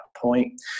point